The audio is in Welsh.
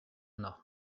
yno